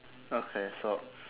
okay so